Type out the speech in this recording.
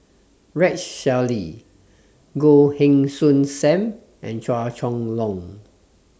Rex Shelley Goh Heng Soon SAM and Chua Chong Long